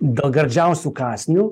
dėl gardžiausių kąsnių